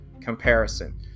comparison